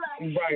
Right